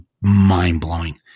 mind-blowing